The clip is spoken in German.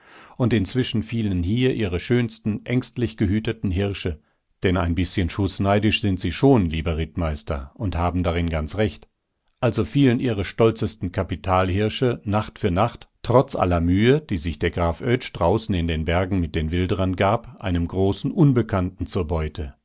und inzwischen fielen hier ihre schönsten ängstlich gehüteten hirsche denn ein bißchen schußneidisch sind sie schon lieber rittmeister und haben darin ganz recht also fielen ihre stolzesten kapitalhirche nacht für nacht trotz aller mühe die sich der graf oetsch draußen in den bergen mit den wilderern gab einem großen unbekannten zur beute